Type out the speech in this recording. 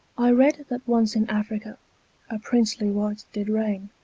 i read that once in affrica a princely wight did raine,